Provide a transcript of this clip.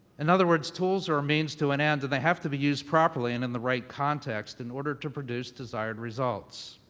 in other words, tools are a means to an end, and they have to be used properly and in the right context in order to produce desired results.